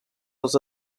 dels